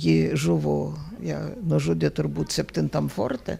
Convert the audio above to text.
ji žuvo ją nužudė turbūt septintam forte